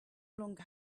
longer